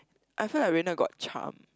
I feel like Raynerd got charm